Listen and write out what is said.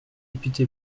député